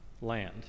land